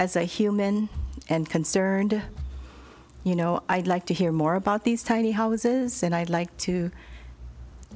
as a human and concerned you know i'd like to hear more about these tiny houses and i'd like to